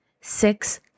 Six